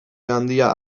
handia